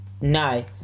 No